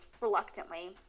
reluctantly